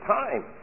time